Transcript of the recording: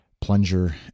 Plunger